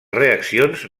reaccions